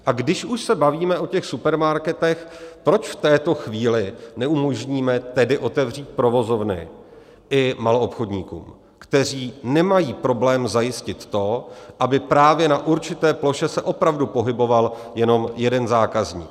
A když už se bavíme o supermarketech, proč v této chvíli neumožníme tedy otevřít provozovny i maloobchodníkům, kteří nemají problém zajistit to, aby právě na určité ploše se opravdu pohyboval jenom jeden zákazník?